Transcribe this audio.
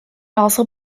also